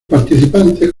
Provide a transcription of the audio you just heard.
participantes